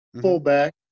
fullback